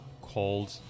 called